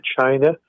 China